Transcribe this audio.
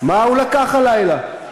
מה הוא לקח הלילה?